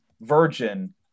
Virgin